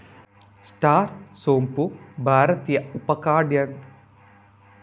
star ಸೋಂಪು ಭಾರತೀಯ ಉಪ ಖಂಡದಾದ್ಯಂತ ಬಿರಿಯಾನಿ ಮತ್ತು ಮಸಾಲಾ ಚಾಯ್ ತಯಾರಿಕೆಯಲ್ಲಿ ಮಸಾಲೆಯಾಗಿ ಬಳಸಲಾಗುತ್ತದೆ